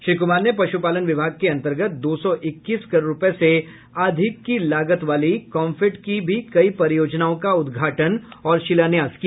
श्री कुमार ने पशुपालन विभाग के अंतर्गत दो सौ इक्कीस करोड़ रूपये से अधिक की लागत वाली काम्फेड की भी कई परियोजनाओं का उद्घाटन और शिलान्यास किया